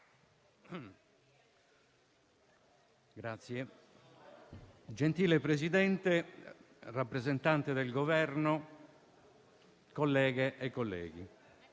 *(PD)*. Signor Presidente, rappresentante del Governo, colleghe e colleghi,